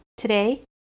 Today